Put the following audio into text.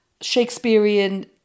Shakespearean